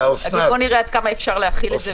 בוא נראה עד כמה אפשר להחיל את זה.